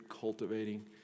cultivating